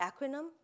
acronym